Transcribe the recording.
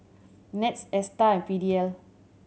NETS Astar and P D L